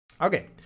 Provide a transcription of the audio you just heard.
Okay